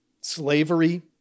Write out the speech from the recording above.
Slavery